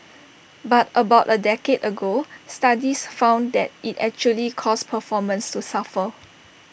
but about A decade ago studies found that IT actually caused performances to suffer